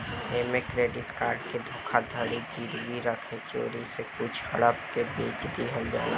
ऐमे credit card के धोखाधड़ी गिरवी रखे चोरी से कुछ हड़प के बेच दिहल जाला